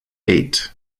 eight